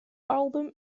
album